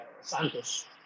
Santos